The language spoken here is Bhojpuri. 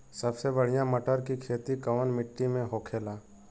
सबसे बढ़ियां मटर की खेती कवन मिट्टी में होखेला?